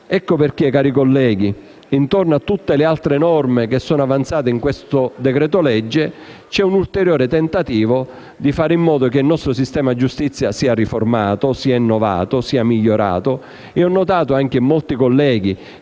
Ecco perché, cari colleghi, anche in tutte le altre norme presenti in questo decreto-legge, c'è un ulteriore tentativo di fare in modo che il nostro sistema giustizia sia riformato, innovato e migliorato.